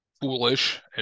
foolish